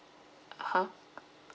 !huh!